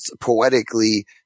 Poetically